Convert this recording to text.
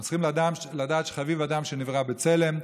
אנחנו צריכים לדעת שחביב אדם שנברא בצלם.